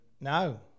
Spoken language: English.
No